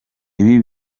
ibi